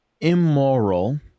...immoral